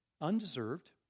undeserved